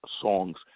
songs